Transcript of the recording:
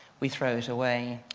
we throw it away.